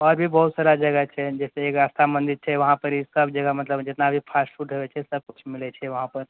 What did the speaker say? आओर भी बहुत सारा जगह छै जे छै एगो आस्था मन्दिर छै वहाँ पर सब जगह जे छै मतलब जितना भी फास्टफूड छै सब किछु मिले छै वहाँ पर